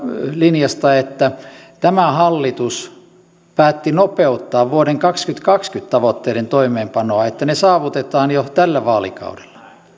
linjasta että tämä hallitus päätti nopeuttaa vuoden kaksituhattakaksikymmentä tavoitteiden toimeenpanoa niin että ne saavutetaan jo tällä vaalikaudella